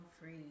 free